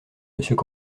monsieur